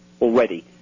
already